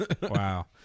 Wow